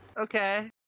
Okay